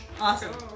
Awesome